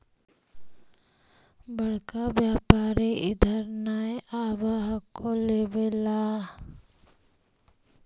बड़का व्यापारि इधर नय आब हको लेबे ला?